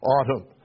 autumn